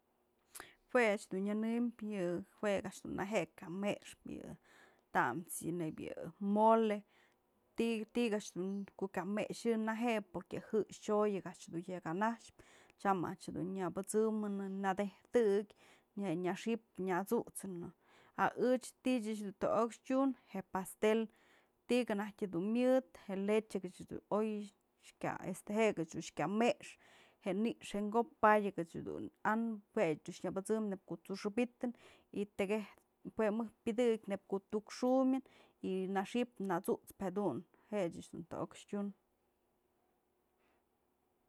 Jue a'ax nyënëm yë, jue a'ax dun neje'e kä mexëp yë tamës yë nebyë yë mole, ti'ik a'ax dun kya mexyë neje'e porque jë'ëxchoy a'ax dun yak anaxpëtya a'ax dun nyëpësëmënën nadejtë, je nyaxi'ip nyasu'utsënë a ëch ti'i ëch dun to'ok tyun je'e pastel ti'ik anajtyë dun myëdë je leche dun oy, este jek dun kya me'ex, je ni'ix jen ko'op padyëkë an jue dun nyabësëm neyb ko'o t'suxëbytën y tëkëk jue mëjk pyëdëkneyb ko'o tuk xumyën y naxip nasut'spë jedun, je'e ëch dun to'ok tyun.